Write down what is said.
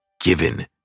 given